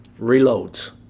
reloads